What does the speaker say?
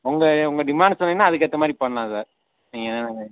உங்கள் உங்கள் டிமாண்டு சொன்னீங்கன்னால் அதுக்கு ஏற்ற மாதிரி பண்ணலாம் சார் நீங்கள்